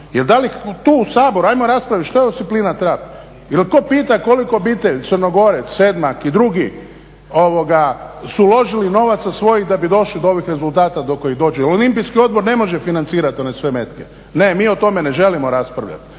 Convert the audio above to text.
Da li tu u Saboru, ajmo raspraviti što je disciplina trap, je li tko pita koliko obitelji, …, Sednak i drugi su uložili novaca svojih da bi došli do ovih rezultata do kojih dođu. Olimpijski odbor ne može financirati one sve … Ne, mi o tome ne želimo raspravljati,